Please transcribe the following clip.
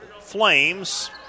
Flames